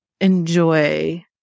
enjoy